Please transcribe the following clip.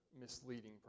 misleading